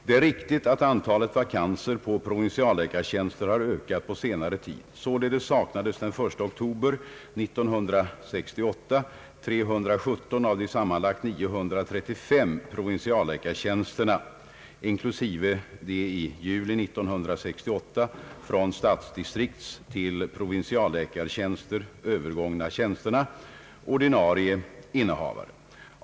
Det är riktigt att antalet vakanser på provinsialläkartjänster har ökat på senare tid. Således saknade den 1 oktober 1968 317 av de sammanlagt 935 provinsialläkartjänsterna — inklusive de i juli 1968 från stadsdistriktstill provinsialläkartjänster övergångna tjänsterna — ordinarie innehavare.